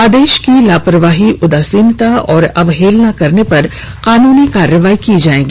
आदेश की लापरवाही उदासीनता और अवहेलना करने पर कानूनी कार्रवाई की जाएगी